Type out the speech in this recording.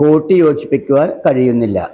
കൂട്ടി യോജിപ്പിക്കുവാൻ കഴിയുന്നില്ല